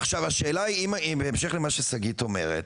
עכשיו השאלה בהמשך למה ששגית אומרת,